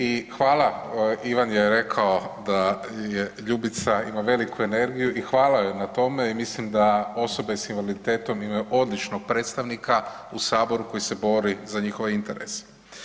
I hvala, Ivan je rekao da Ljubica ima veliku energiju i hvala joj na tome, i mislim da osobe sa invaliditetom imaju odličnog predstavnika u Saboru koji se bori za njihove interese.